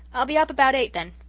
i'll be up about eight then.